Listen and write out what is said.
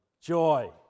joy